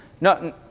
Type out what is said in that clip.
No